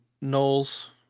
Knowles